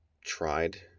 tried